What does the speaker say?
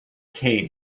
cane